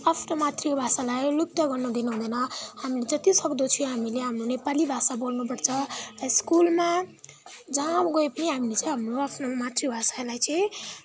आफ्नो मातृभाषालाई लुप्त गर्नु दिन हुँदैन हामीले जति सक्दो चाहिँ हामीले हाम्रो नेपाली भाषा बोल्नुपर्छ र स्कुलमा जहाँ गए पनि हामीले चाहिँ हाम्रो आफ्नो मातृभाषालाई चाहिँ